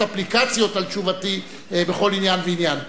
אפליקציות של תשובתי בכל עניין ועניין.